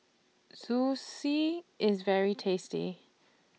Zosui IS very tasty